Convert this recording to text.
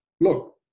look